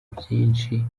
byinshi